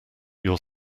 your